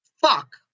fuck